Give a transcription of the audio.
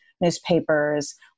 newspapers